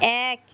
এক